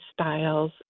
styles